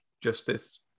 justice